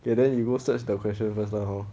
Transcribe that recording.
K then you go search the question first lah hor